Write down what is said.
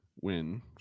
win